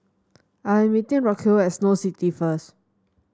I am meeting Racquel at Snow City first